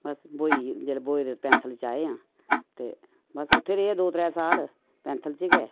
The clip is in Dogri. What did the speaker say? ते अस ब्होए गी ब्होए दे पैंथल च आए आं ते बस उत्थैं रेह् दो त्रै साल पैंथल च गै